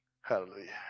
Hallelujah